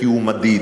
כי הוא מדיד.